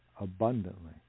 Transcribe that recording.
abundantly